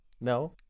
No